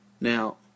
Now